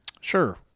Sure